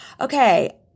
Okay